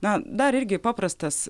na dar irgi paprastas